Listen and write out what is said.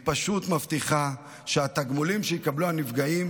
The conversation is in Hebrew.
היא פשוט מבטיחה שהתגמולים שיקבלו הנפגעים